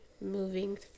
moving